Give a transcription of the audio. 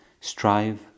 strive